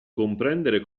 comprendere